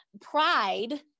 pride